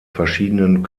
verschiedenen